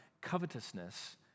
covetousness